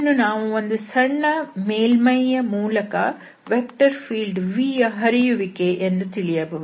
ಇದನ್ನು ನಾವು ಒಂದು ಸಣ್ಣ ಮೇಲ್ಮೈ ಯ ಮೂಲಕ ವೆಕ್ಟರ್ ಫೀಲ್ಡ್ vಯ ಹರಿಯುವಿಕೆ ಎಂದು ತಿಳಿಯಬಹುದು